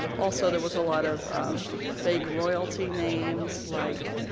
also there was a lot of fake royalty names like